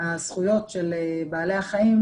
הזכויות של בעלי החיים,